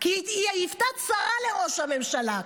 כי היא הייתה צרה לראש הממשלה.